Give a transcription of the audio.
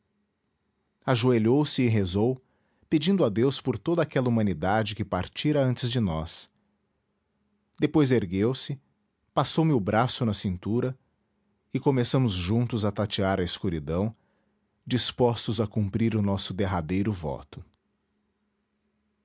e rezou pedindo a deus por toda aquela humanidade que partira antes de nós depois ergueu-se passou-me o braço na cintura e começamos juntos a tatear a escuridão dispostos a cumprir o nosso derradeiro voto